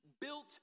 built